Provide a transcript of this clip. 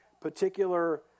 particular